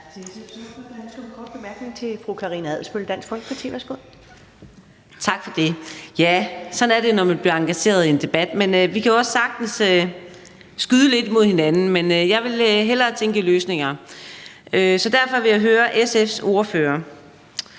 Tak for det. Ja, sådan er det, når man bliver engageret i en debat. Og vi kan jo også sagtens skyde lidt mod hinanden, men jeg vil hellere tænke i løsninger. Så derfor vil jeg høre SF's ordfører,